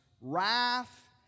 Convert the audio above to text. wrath